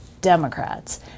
Democrats